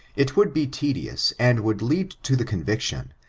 it would be tedious, and would lead to the conviction,